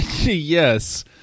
yes